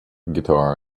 guitar